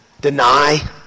deny